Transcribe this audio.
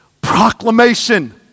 Proclamation